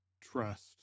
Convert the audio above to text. trust